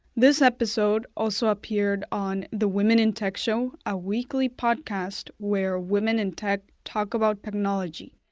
this episode also appeared on the women in tech show, a weekly podcast where women in tech talk about technology.